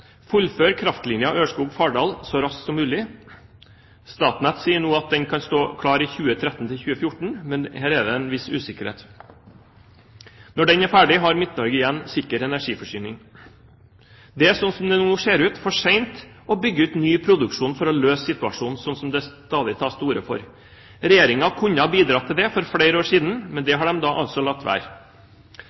fullføre kraftlinja Ørskog–Fardal så raskt som mulig. Statnett sier nå at den kan stå klar i 2013–2014, men her er det en viss usikkerhet. Når den er ferdig, har Midt-Norge igjen sikker energiforsyning. Det er, som det nå ser ut, for sent å bygge ut ny produksjon for å løse situasjonen, slik det stadig tas til orde for. Regjeringen kunne ha bidratt til det for flere år siden, men det har den altså latt være